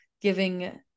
giving